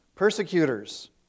persecutors